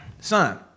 son